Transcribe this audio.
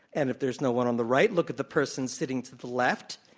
and if there's no one on the right, look at the person sitting to the left.